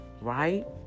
right